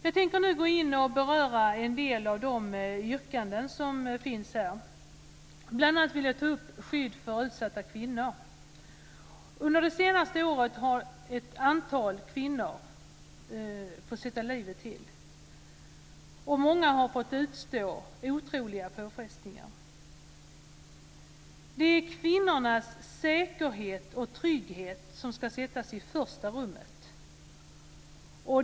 Jag tänkte nu beröra en del av de yrkanden som finns här, bl.a. vill jag ta upp skydd för utsatta kvinnor. Under det senaste året har ett antal kvinnor fått sätta livet till. Många har fått utstå otroliga påfrestningar. Det är kvinnornas säkerhet och trygghet som ska sättas i första rummet.